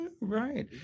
right